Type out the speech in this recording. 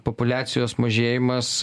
populiacijos mažėjimas